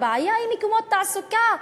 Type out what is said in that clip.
הבעיה היא מקומות תעסוקה,